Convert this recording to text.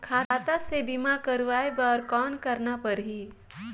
खाता से बीमा करवाय बर कौन करना परही?